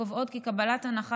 הקובעות כי קבלת הנחה,